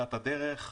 מתחילת הדרך.